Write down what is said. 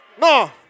No